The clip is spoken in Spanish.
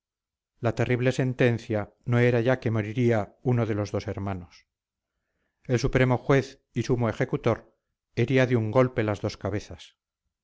la terrible sentencia no era ya que moriría uno de los dos hermanos el supremo juez y sumo ejecutor hería de un golpe las dos cabezas